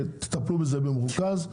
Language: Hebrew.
כדי שתטפלו בזה במרוכז.